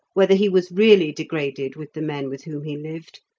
whether he was really degraded with the men with whom he lived,